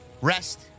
Rest